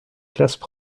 classent